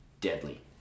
deadly